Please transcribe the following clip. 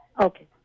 Okay